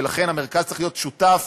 ולכן המרכז צריך להיות שותף